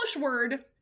word